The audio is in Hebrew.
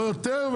לא יותר,